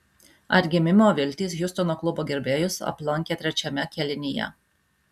atgimimo viltys hjustono klubo gerbėjus aplankė trečiame kėlinyje